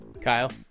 Kyle